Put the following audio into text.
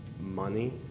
money